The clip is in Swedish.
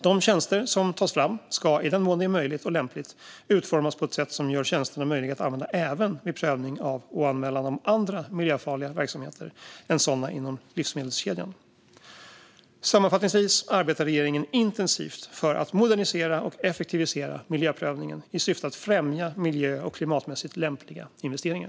De tjänster som tas fram ska, i den mån det är möjligt och lämpligt, utformas på ett sätt som gör tjänsterna möjliga att använda även vid prövning av och anmälan om andra miljöfarliga verksamheter än sådana inom livsmedelskedjan. Sammanfattningsvis arbetar regeringen intensivt för att modernisera och effektivisera miljöprövningen i syfte att främja miljö och klimatmässigt lämpliga investeringar.